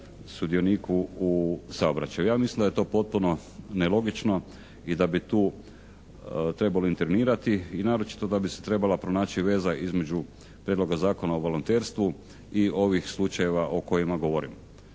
sudioniku u saobraćaju. Ja mislim da je to potpuno nelogično i da bi tu trebalo intervenirati i naročito da bi se trebala pronaći veza između Prijedloga zakona o volonterstvu i ovih slučajeva o kojima govorim.